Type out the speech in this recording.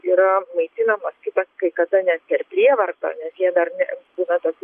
yra maitinamas kitas kai kada net per prievartą nes jie dar ne būna tokių